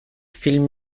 film